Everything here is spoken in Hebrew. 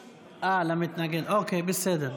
אוקיי, בסדר.